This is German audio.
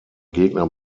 gegner